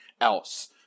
else